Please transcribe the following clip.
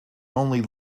only